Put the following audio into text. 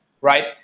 right